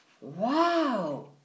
wow